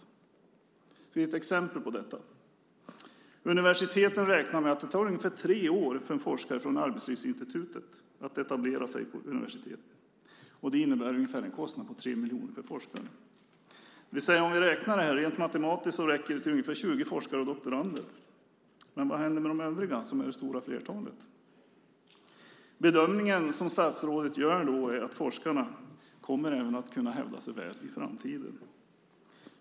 Jag ska ge ett exempel på detta. Universiteten räknar med att det tar ungefär tre år för en forskare från Arbetslivsinstitutet att etablera sig på universitetet. Det innebär en kostnad på ungefär 3 miljoner kronor per forskare. Om vi räknar rent matematiskt räcker det alltså till ungefär 20 forskare och doktorander. Men vad händer med de övriga, som är det stora flertalet? Bedömningen som statsrådet gör är att forskarna kommer att kunna hävda sig väl även i framtiden.